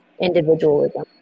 individualism